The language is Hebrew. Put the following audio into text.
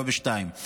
לא בשתיים.